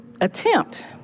attempt